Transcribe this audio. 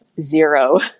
zero